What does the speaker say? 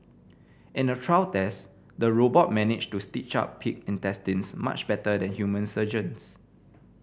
in a trial test the robot managed to stitch up pig intestines much better than human surgeons